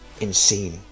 insane